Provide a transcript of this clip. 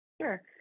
Sure